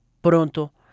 Pronto